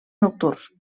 nocturns